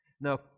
Now